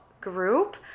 group